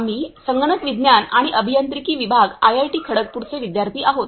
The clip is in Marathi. आम्ही संगणक विज्ञान आणि अभियांत्रिकी विभाग आयआयटी खडगपूरचे विद्यार्थी आहोत